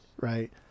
right